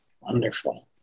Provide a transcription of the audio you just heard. Wonderful